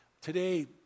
today